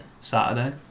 Saturday